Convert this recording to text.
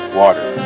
water